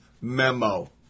memo